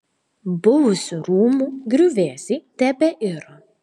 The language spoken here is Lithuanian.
buvusių rūmų griuvėsiai tebeiro